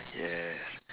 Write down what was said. yes